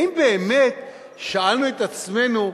האם באמת שאלנו את עצמנו,